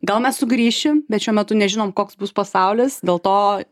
gal mes sugrįšim bet šiuo metu nežinom koks bus pasaulis dėl to